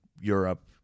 Europe